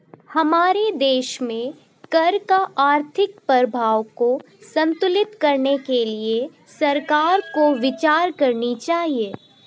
हमारे देश में कर का आर्थिक प्रभाव को संतुलित करने के लिए सरकार को विचार करनी चाहिए